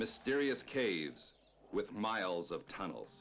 mysterious caves with miles of tunnels